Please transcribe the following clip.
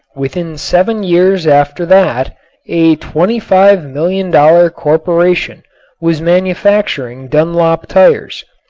within seven years after that a twenty five million dollars corporation was manufacturing dunlop tires.